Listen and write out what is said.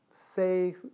say